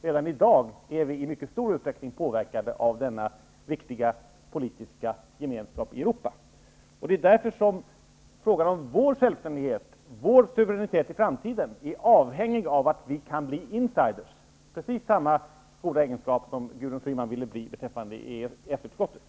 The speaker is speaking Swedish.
Redan i dag är vi i mycket stor utsträckning påverkade av denna viktiga politiska gemenskap i Europa, och det är därför som frågan om vår självständighet, vår suveränitet i framtiden, är avhängig av om vi kan bli insiders. Det är precis samma goda förhållande som Gudrun Schyman talade om när det gäller EES-utskottet.